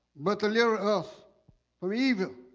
but deliver us from evil